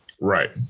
Right